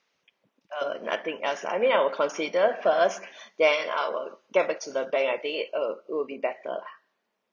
uh nothing else I mean I will consider first then I will get back to the bank I think it uh it will be better lah